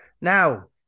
now